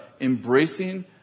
embracing